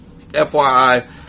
FYI